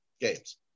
games